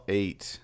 eight